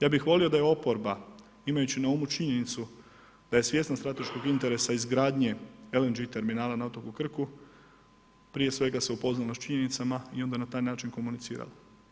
Ja bih volio da je oporba imajući na umu činjenicu da je svjesna strateškog interesa izgradnje LNG terminala na otoku Krku prije svega se upoznala s činjenicama i onda na taj način komunicirala.